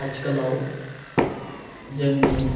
आथिखालाव जोंनि